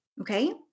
okay